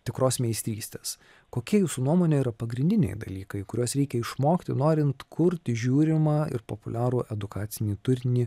tikros meistrystės kokie jūsų nuomone yra pagrindiniai dalykai kuriuos reikia išmokti norint kurti žiūrimą ir populiarų edukacinį turinį